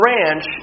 Ranch